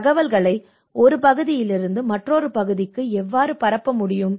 தகவல்களை ஒரு பகுதியிலிருந்து மற்றொரு பகுதிக்கு எவ்வாறு பரப்ப முடியும்